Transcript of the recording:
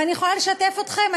ואני יכולה לשתף אתכם,